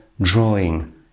drawing